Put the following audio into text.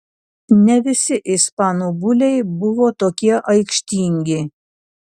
ne visi ispanų buliai buvo tokie aikštingi